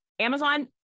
Amazon